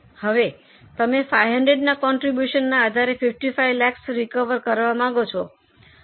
હવે તમે 500 ના કોન્ટ્રીબ્યુશનના આધારે 55 લાખ રિકવર કરવા માંગો છો